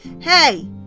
Hey